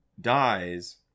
dies